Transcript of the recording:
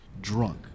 drunk